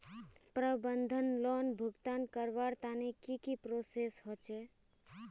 प्रबंधन लोन भुगतान करवार तने की की प्रोसेस होचे?